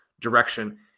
direction